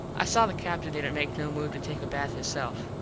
i saw the captin didnt make no move to take a bath hisself.